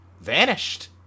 vanished